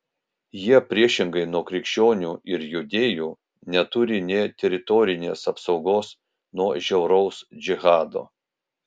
jie priešingai nuo krikščionių ir judėjų neturi nė teritorinės apsaugos nuo žiauraus džihado